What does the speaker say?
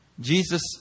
Jesus